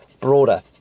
broader